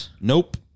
Nope